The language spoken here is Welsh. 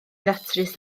ddatrys